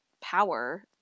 power